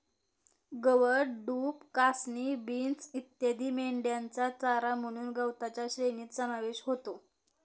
गवत, डूब, कासनी, बीन्स इत्यादी मेंढ्यांचा चारा म्हणून गवताच्या श्रेणीत समावेश होतो